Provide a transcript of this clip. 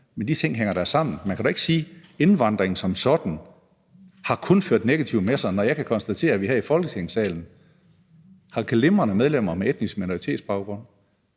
De ting hænger da sammen. Man kan da ikke sige, at indvandringen som sådan kun har ført noget negativt med sig, når jeg kan konstatere, at vi her i Folketingssalen har glimrende medlemmer med etnisk minoritetsbaggrund.